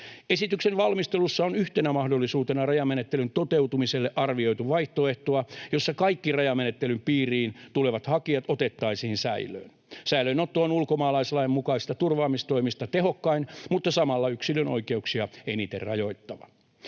Esityksen valmistelussa on yhtenä mahdollisuutena rajamenettelyn toteutumiselle arvioitu vaihtoehtoa, jossa kaikki rajamenettelyn piiriin tulevat hakijat otettaisiin säilöön. Säilöönotto on ulkomaalaislain mukaisista turvaamistoimista tehokkain, mutta samalla yksilön oikeuksia eniten rajoittava.